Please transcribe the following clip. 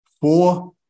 four